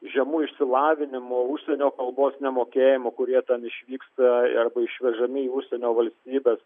žemu išsilavinimu užsienio kalbos nemokėjimu kurie ten išvyksta arba išvežami į užsienio valstybes